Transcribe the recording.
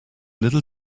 little